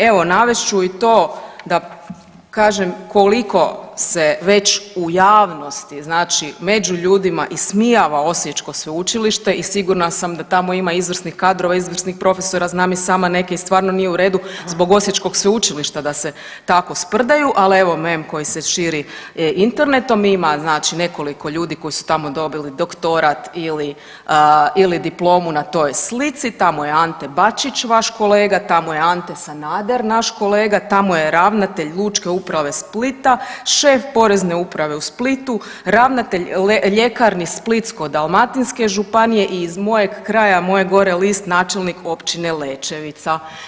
Evo navest ću i to da kažem koliko se već u javnosti znači među ljudima ismijava Osječko sveučilište i sigurna sam da tamo ima izvrsnih kadrova i izvrsnih profesora, znam i sama neke i stvarno nije u redu zbog Osječkog sveučilišta da se tako sprdaju, al evo mem koji se širi internetom ima znači nekoliko ljudi koji su tamo dobili doktorat ili, ili diplomu na toj slici, tamo je Ante Bačić, vaš kolega, tamo je Ante Sanader, naš kolega, tamo je ravnatelj Lučke uprave Splita, šef porezne uprave u Splitu, ravnatelj ljekarni Splitsko-dalmatinske županije i iz mojeg kraja, moje gore list, načelnik općine Lećevica.